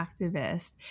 activist